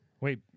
Wait